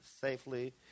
safely